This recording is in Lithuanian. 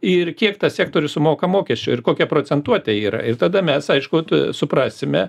ir kiek tas sektorius sumoka mokesčių ir kokia procentuotė yra ir tada mes aišku suprasime